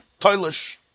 Toilish